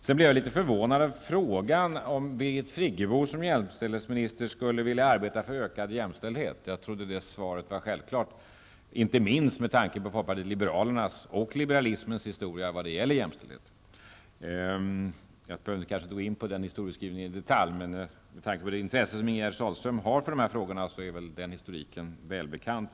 Jag blev litet förvånad över frågan om huruvida Birgit Friggebo som jämställdhetsminister skulle vilja arbeta för ökad jämställdhet. Jag trodde att svaret var självklart, inte minst med tanke på folkpartiet liberalernas och liberalismens historia vad gäller jämställdhet. Jag behöver kanske inte gå in på den historiebeskrivningen i detalj. Med tanke på det intresse som Ingegerd Sahlström har i dessa frågor är den historiebeskrivningen förmodligen väl bekant.